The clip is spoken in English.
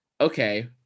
Okay